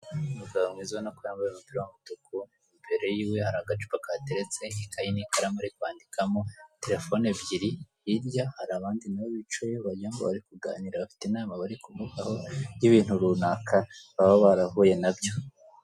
Umugabo mwiza urabona ko yambaye umupira w'umutuku imbere yiwe hari agacupa kahateretse , ikaye n'ikaramu ari kwandikamo terefone ebyiri, hirya hari abandi nabo bicaye wagirango bari kuganira bafite inama bari kuvugaho y'ibintu runaka baba barahuye babyo.